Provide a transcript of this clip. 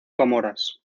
comoras